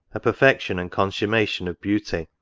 a per fection and consummation of beauty,